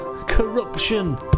corruption